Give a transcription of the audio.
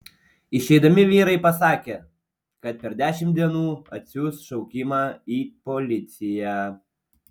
išeidami vyrai pasakė kad per dešimt dienų atsiųs šaukimą į policiją